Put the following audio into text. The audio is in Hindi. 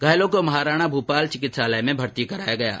घायलों को महाराणा भूपाल चिकित्सालय में भर्ती कराया गया है